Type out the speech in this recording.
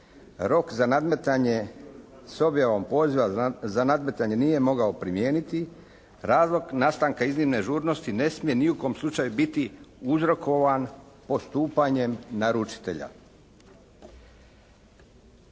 rok za nadmetanja s objavom poziva za nadmetanje nije mogao primijeniti, razlog nastanka iznimne žurnosti ne smije ni u kom slučaju biti uzrokovan postupanjem naručitelja.